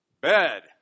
Bed